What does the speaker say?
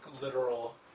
literal